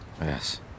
Yes